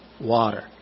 water